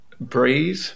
Breathe